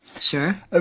Sure